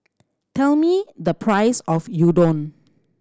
tell me the price of Gyudon